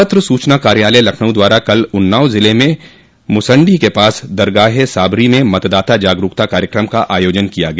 पत्र सूचना कार्यालय लखनऊ द्वारा कल उन्नाव जिले में मुसन्डी के पास दरगाह ए साबरी में मतदाता जागरूकता कार्यक्रम का आयोजन किया गया